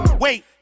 Wait